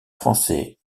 français